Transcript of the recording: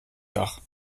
dach